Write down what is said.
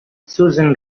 susan